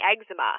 eczema